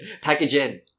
Packaging